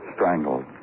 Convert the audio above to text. Strangled